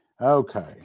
Okay